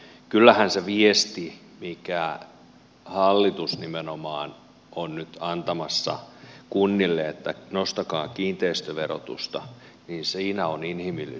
kyllähän siitä viestistä minkä hallitus nimenomaan on nyt antamassa kunnille että nostakaa kiinteistöverotusta on inhimillisyys kaukana